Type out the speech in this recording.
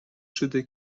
شده